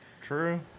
True